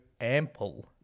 ample